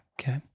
Okay